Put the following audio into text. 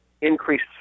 increased